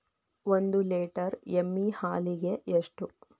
ಒಂದು ಲೇಟರ್ ಎಮ್ಮಿ ಹಾಲಿಗೆ ಎಷ್ಟು?